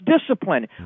discipline